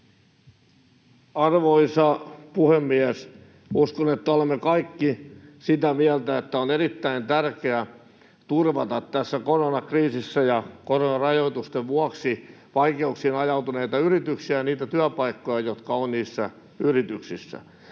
Arvoisa puhemies! Uskon, että olemme kaikki sitä mieltä, että on erittäin tärkeää turvata tässä koronakriisissä koronarajoitusten vuoksi vaikeuksiin ajautuneita yrityksiä ja niitä työpaikkoja, joita on niissä yrityksissä.